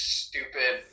stupid